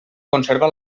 conserva